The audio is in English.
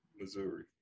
Missouri